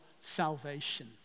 salvation